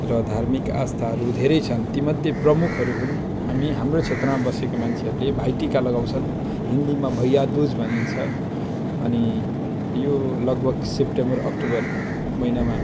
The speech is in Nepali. र धार्मिक आस्थाहरू धेरै छन् ती मध्ये प्रमुखहरू हुन् हामी हाम्रो क्षेत्रमा बसेको मान्छेहरूले भाइटिका लगाउँछन् हिन्दीमा भैया दुज भनिन्छ अनि यो लगभग सेप्टेम्बर अक्टोबर महिनामा